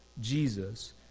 Jesus